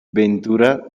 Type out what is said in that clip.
ventura